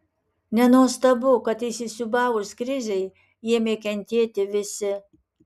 nenuostabu kad įsisiūbavus krizei ėmė kentėti visi